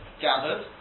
gathered